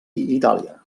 itàlia